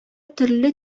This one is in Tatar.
төрле